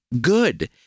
good